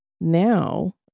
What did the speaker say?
Now